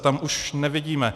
Tam už nevidíme.